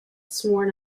sworn